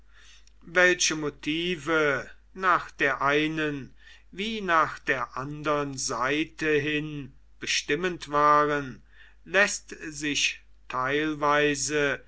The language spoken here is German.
welche motive nach der einen wie nach der andern seite hin bestimmend waren läßt sich teilweise